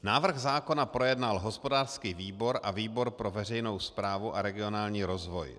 Návrh zákona projednal hospodářský výbor a výbor pro veřejnou správu a regionální rozvoj.